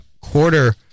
quarter